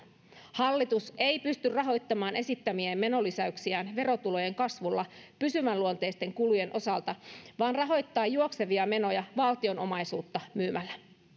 hallitus ei pysty rahoittamaan esittämiään menolisäyksiä verotulojen kasvulla pysyväluonteisten kulujen osalta vaan rahoittaa juoksevia menoja valtionomaisuutta myymällä